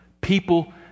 People